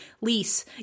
lease